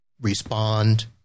respond